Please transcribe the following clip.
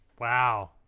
Wow